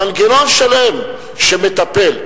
מנגנון שלם שמטפל.